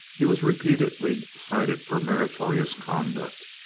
he was repeatedly cited for meritorious conduct,